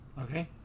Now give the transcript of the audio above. Okay